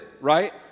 right